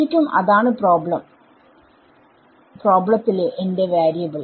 ശരിക്കും അതാണ് പ്രോബ്ലം ത്തിലെ എന്റെ വാരിയബിൾ